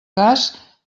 cas